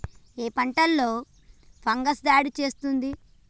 ఏ పంటలో ఫంగస్ దాడి చేస్తుంది?